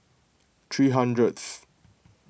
three hundredth